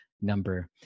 number